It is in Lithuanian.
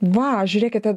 va o žiūrėkite